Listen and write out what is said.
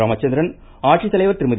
ராமச்சந்திரன் ஆட்சித்தலைவா் திருமதி